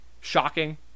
shocking